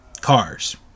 cars